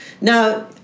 Now